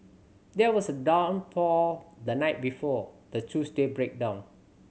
there was a downpour the night before the Tuesday breakdown